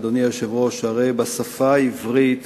אדוני היושב-ראש: הרי בשפה העברית